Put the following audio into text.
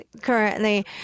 currently